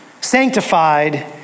sanctified